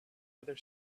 other